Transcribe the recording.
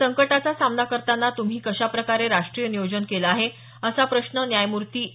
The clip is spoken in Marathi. संकटाचा सामना करताना तुम्ही कशा प्रकारे राष्ट्रीय नियोजन केलं आहे असा प्रश्न न्यायमूर्ती ए